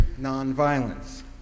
nonviolence